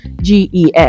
GES